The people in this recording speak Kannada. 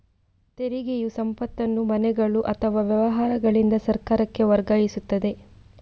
ತೆರಿಗೆಯು ಸಂಪತ್ತನ್ನು ಮನೆಗಳು ಅಥವಾ ವ್ಯವಹಾರಗಳಿಂದ ಸರ್ಕಾರಕ್ಕೆ ವರ್ಗಾಯಿಸುತ್ತದೆ